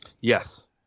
Yes